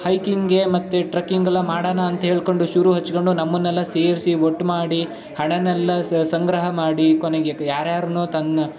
ಹೈಕಿಂಗ್ಗೆ ಮತ್ತು ಟ್ರಕ್ಕಿಂಗೆಲ್ಲ ಮಾಡಣ ಅಂತ ಹೇಳಿಕೊಂಡು ಶುರು ಹಚ್ಚಿಕೊಂಡು ನಮ್ಮನ್ನೆಲ್ಲ ಸೇರಿಸಿ ಒಟ್ಟು ಮಾಡಿ ಹಣನೆಲ್ಲ ಸ ಸಂಗ್ರಹ ಮಾಡಿ ಕೊನೆಗೆ ಗ್ ಯಾರ್ಯಾರನ್ನೋ ತನ್ನ